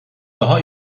daha